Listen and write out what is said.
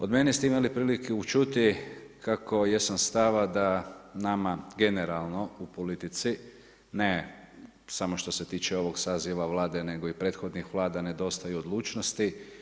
Od mene ste imali priliku čuti kako jesam stava da nama generalno u politici ne samo što se tiče ovoga saziva Vlade, nego i prethodnih Vlada, nedostaje i odlučnosti.